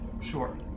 sure